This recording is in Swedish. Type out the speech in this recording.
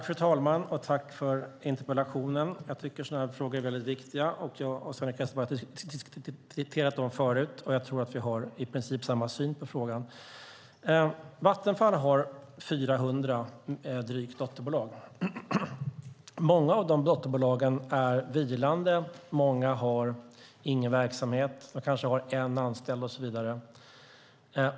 Fru talman! Tack för interpellationen. Jag tycker att sådana här frågor är väldigt viktiga. Jag och Sven-Erik Österberg har diskuterat dem förut, och jag tror att vi har i princip samma syn på frågan. Vattenfall har drygt 400 dotterbolag. Många av de dotterbolagen är vilande, många har ingen verksamhet och har kanske en anställd och så vidare.